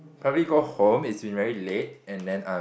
probably go home it's been very late and then um